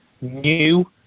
new